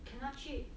cannot cheat